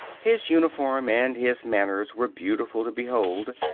his uniform and his manners were beautiful to behold.